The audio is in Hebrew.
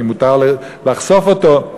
אם מותר לחשוף אותו,